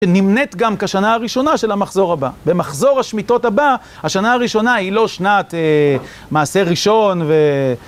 נמנית גם כשנה הראשונה של המחזור הבא. במחזור השמיטות הבאה, השנה הראשונה היא לא שנת מעשה ראשון ו...